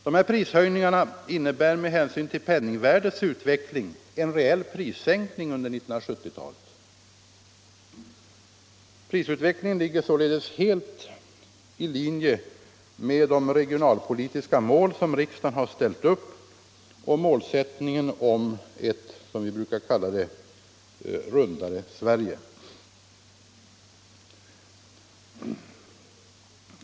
De här prishöjningarna innebär med hänsyn till penningvärdets utveckling en reell prissänkning under 1970-talet. Prisutvecklingen ligger således helt i linje med de regionalpolitiska mål som riksdagen har ställt upp och målsättningen — som vi brukar kalla det — ett rundare Sverige.